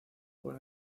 por